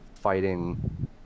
fighting